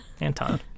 Anton